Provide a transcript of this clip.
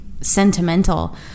sentimental